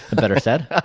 better said.